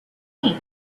paint